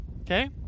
okay